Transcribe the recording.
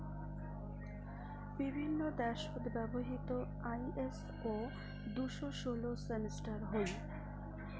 বিভিন্ন দ্যাশত ব্যবহৃত আই.এস.ও দুশো ষোল সিস্টাম হই